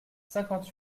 cinquante